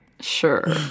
sure